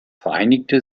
vereinigte